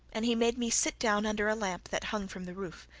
and he made me sit down under a lamp that hung from the roof,